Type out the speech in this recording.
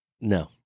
No